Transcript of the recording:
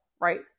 Right